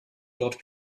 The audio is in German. dort